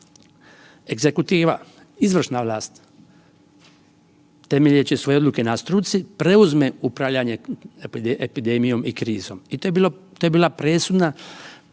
egzekutiva izvršna vlast temeljeći svoje odluke na struci preuzme upravljanje epidemijom i krizom, to je bila presudna